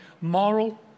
moral